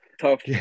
Tough